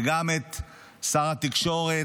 וגם את שר התקשורת